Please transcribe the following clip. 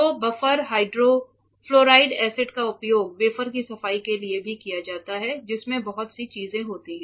तो buffer hydrofluoric acid का उपयोग वेफर की सफाई के लिए भी किया जाता है जिसमें बहुत सी चीजें होती हैं